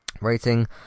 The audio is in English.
rating